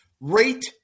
Rate